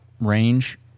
range